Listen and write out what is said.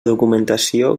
documentació